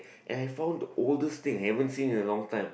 and I found the oldest thing haven't seen in a long time